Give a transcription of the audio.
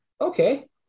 okay